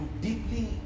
deeply